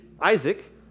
Isaac